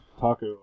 Taco